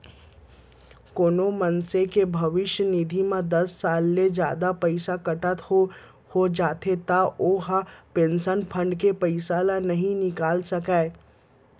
कोनो मनसे के भविस्य निधि म दस साल ले जादा पइसा कटत हो जाथे त ओ ह पेंसन फंड के पइसा ल नइ निकाल सकय